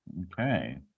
Okay